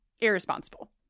irresponsible